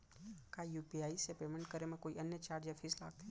का यू.पी.आई से पेमेंट करे म कोई अन्य चार्ज या फीस लागथे?